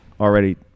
already